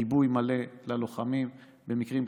גיבוי מלא ללוחמים במקרים כאלה,